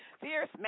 Fierce